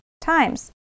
times